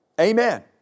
Amen